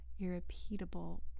irrepeatable